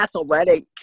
athletic